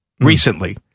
recently